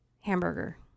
Hamburger